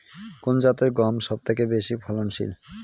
কোন জাতের গম সবথেকে বেশি ফলনশীল?